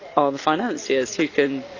are the financiers, who can,